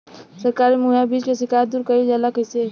सरकारी मुहैया बीज के शिकायत दूर कईल जाला कईसे?